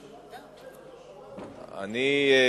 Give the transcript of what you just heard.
אני ציפיתי,